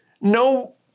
no